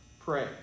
pray